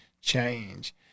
change